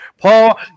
paul